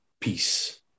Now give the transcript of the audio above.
peace